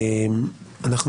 אם